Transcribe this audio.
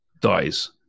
dies